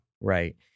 Right